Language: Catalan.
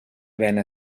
vena